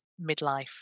midlife